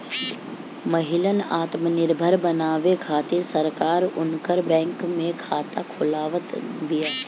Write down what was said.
महिलन आत्मनिर्भर बनावे खातिर सरकार उनकर बैंक में खाता खोलवावत बिया